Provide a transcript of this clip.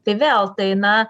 tai vėl tai na